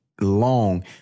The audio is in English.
long